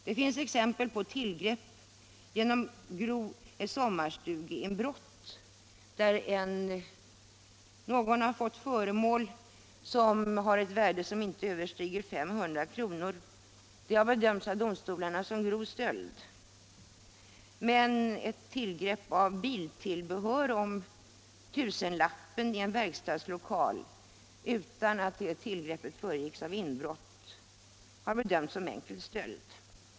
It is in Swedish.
Det finns exempel på att tillgrepp genom sommarstugeinbrott, där någon tagit föremål som haft ett värde som inte överstigit 500 kr., av domstolarna har bedömts som grov stöd. Men tillgrepp av biltillbehör för ca I 000 kronars värde i en verkstadslokal, utan att tillgreppet föregicks av inbrott, har bedömts som enkel stöld.